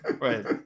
right